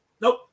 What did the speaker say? Nope